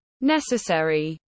necessary